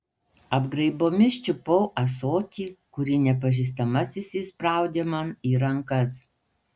apgraibomis čiupau ąsotį kurį nepažįstamasis įspraudė man į rankas